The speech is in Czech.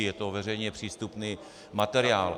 Je to veřejně přístupný materiál.